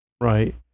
Right